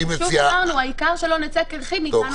אדוני --- העיקר שלא נצא קרחים מכאן ומכאן.